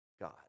God